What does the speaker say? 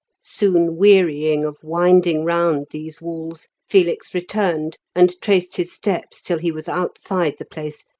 soon wearying of winding round these walls, felix returned and retraced his steps till he was outside the place,